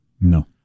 No